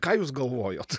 ką jūs galvojot